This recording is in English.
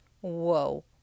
Whoa